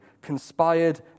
conspired